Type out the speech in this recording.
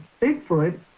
Bigfoot